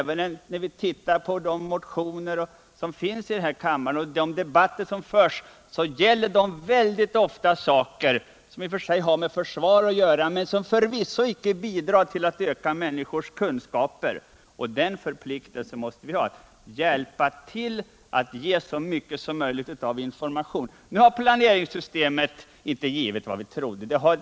De motioner på detta område som väcks här i kammaren och de debatter som förs gäller ofta saker som i och för sig har med försvaret att göra men som inte bidrar till att öka människors kunskaper. Vi måste ha förpliktelsen att hjälpa till att ge så mycket som möjligt av information. Planeringssystemet har inte givit vad vi trodde.